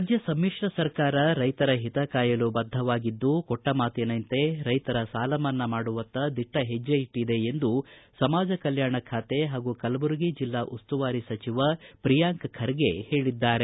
ರಾಜ್ಯ ಸಮಿಶ್ರ ಸರ್ಕಾರ ರೈತರ ಹಿತಕಾಯಲು ಬದ್ಧವಾಗಿದ್ದು ಕೊಟ್ಟ ಮಾತಿನಂತೆ ರೈತರ ಸಾಲಮನ್ನಾ ಮಾಡುವತ್ತ ದಿಟ್ಟ ಹೆಜ್ಜೆ ಇಟ್ಟದೆ ಎಂದು ಸಮಾಜಕಲ್ಕಾಣ ಖಾತೆ ಹಾಗೂ ಕಲಬುರಗಿ ಜಿಲ್ಲಾ ಉಸ್ತುವಾರಿ ಸಚಿವ ಪ್ರಿಯಾಂಕ್ ಖರ್ಗೆ ಹೇಳಿದ್ದಾರೆ